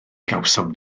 gawsom